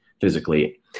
physically